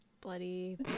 Bloody